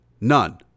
None